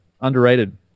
Underrated